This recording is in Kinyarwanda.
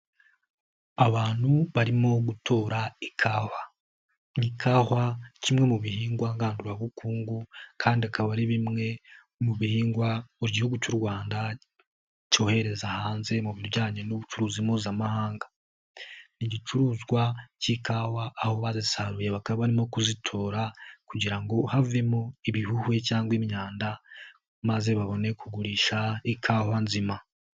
Abantu barimo gutora ikawa, ikawa kimwe mu bihingwa ngandurabukungu kandi akaba ari bimwe mu bihingwa mu gihugu cy'u Rwanda cyohereza hanze mu bijyanye n'ubucuruzi mpuzamahanga, igicuruzwa cy'ikawa aho bazisaruye bakaba barimo kuzitora kugira ngo havemo ibihuhewe cyangwa imyanda, maze babone kugurisha ikawa nzima.